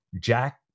Jack